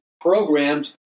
programmed